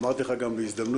אמרתי לך גם בהזדמנות,